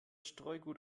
streugut